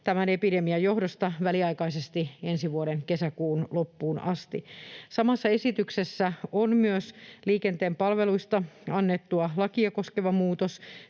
tämän epidemian johdosta väliaikaisesti ensi vuoden kesäkuun loppuun asti. Samassa esityksessä on myös liikenteen palveluista annettua lakia koskeva muutos,